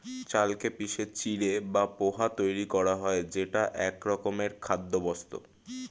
চালকে পিষে চিঁড়ে বা পোহা তৈরি করা হয় যেটা একরকমের খাদ্যবস্তু